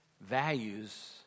values